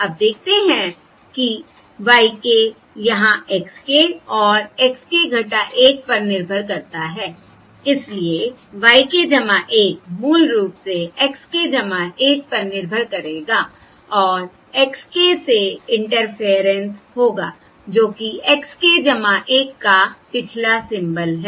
अब देखते हैं कि y k यहां x k और x k 1 पर निर्भर करता है इसलिए y k 1 मूल रूप से x k 1 पर निर्भर करेगा और x k से इंटरफेयरेंस होगा जो कि x k 1 का पिछला सिंबल है